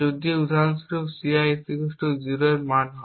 যদি উদাহরণ স্বরূপ Ci 0 এর মান হয়